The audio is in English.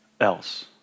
else